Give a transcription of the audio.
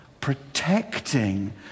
protecting